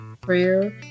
prayer